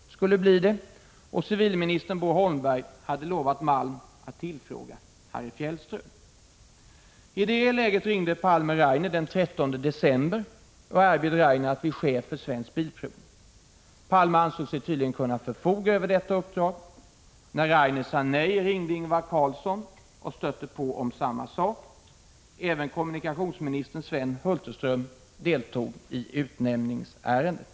1985/86:146 och civilminister Bo Holmberg hade lovat Malm att tillfråga Harry Fjäll 21 maj 1986 I det läget ringde Palme till Rainer, den 13 december, och erbjöd Rainer denstjänsteutövni att bli chef för Svensk Bilprovning. Palme ansåg sig tydligen kunna förfoga OR ES dne över detta uppdrag. När Rainer sade nej ringde Ingvar Carlsson och stötte på om samma sak. Även kommunikationsminister Sven Hulterström deltog i — Utseende av verkställutnämningsärendet.